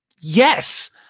yes